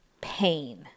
pain